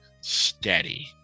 steady